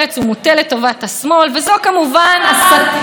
זו הסתה שמתווספת להשחרת האופוזיציה,